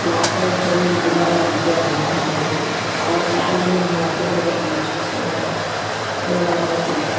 ಯಾಕರ್ ಚಳಿ ಐತೊ ಮರಾಯಾ ಅಂತೇಳಿ ಅಂತ ಅಂತೀವಿ ಆವಾಗ ಫ್ಯಾನ್ ಅನ್ನುದು ಮರೆತೇ ಬಿಡ್ಬೇಕು ನಾವು ಚಳಿಗಾಲ ಬಂತಂದ್ರೆ